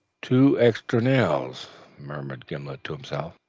two extra nails, murmured gimblet to himself,